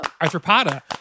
Arthropoda